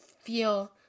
feel